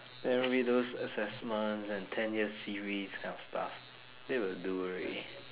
then maybe those assessments and ten years series kind of stuffs that will do already